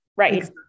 Right